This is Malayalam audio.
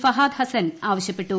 ഫവാദ്ഹസൻ ആവശ്യപ്പെട്ടു